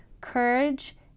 courage